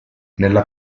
nella